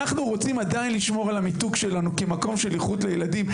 אנחנו רוצים עדיין לשמור על המיתוג שלנו כמקום של איכות לילדים,